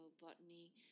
botany